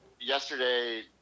Yesterday